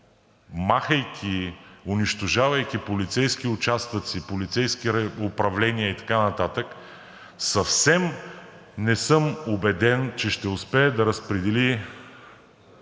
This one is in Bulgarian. махайки, унищожавайки полицейски участъци, полицейски управления и така нататък, съвсем не съм убеден, че ще успее да разпредели